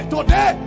Today